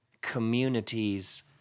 communities